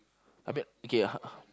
I mean okay